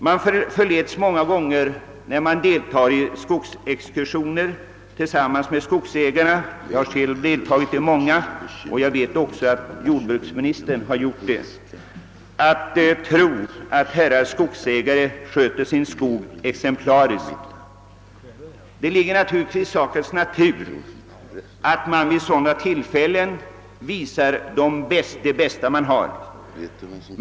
Man förleds många gånger när man deltar i skogsexkursioner tillsammans med skogsägarna — jag har själv deltagit i många och jag vet också att jordbruksministern har gjort det — att tro att skogsägarna sköter sin skog exemplariskt. Det ligger naturligtvis i sakens natur att man vid sådana tillfällen visar det bästa man har.